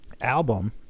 album